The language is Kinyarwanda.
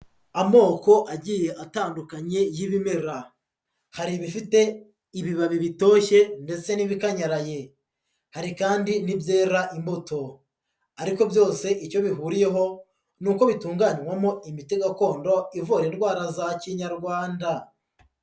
Amoko agiye atandukanye y'ibimera, hari ibifite ibibabi bitoshye ndetse n'ibikanyaraye, hari kandi n'ibyera imbuto, ariko byose icyo bihuriyeho ni uko bitunganywamo imiti gakondo ivura indwara za Kinyarwanda.